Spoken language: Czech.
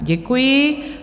Děkuji.